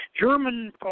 German